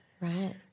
Right